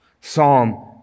Psalm